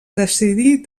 decidí